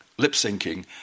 lip-syncing